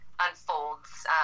unfolds